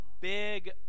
big